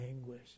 anguish